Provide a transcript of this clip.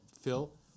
Phil